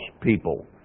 people